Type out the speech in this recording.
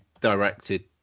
directed